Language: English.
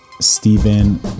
Stephen